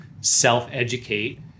self-educate